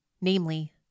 namely